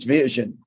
vision